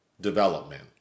development